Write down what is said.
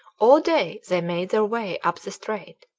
all day they made their way up the strait,